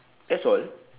that's all